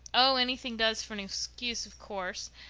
oh, anything does for an excuse, of course,